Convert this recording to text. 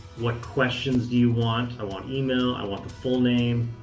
what questions do you want? i want email, i want the full name,